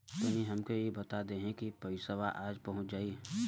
तनि हमके इ बता देती की पइसवा आज पहुँच जाई?